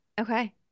Okay